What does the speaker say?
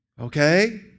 Okay